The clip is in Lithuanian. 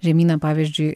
žemyna pavyzdžiui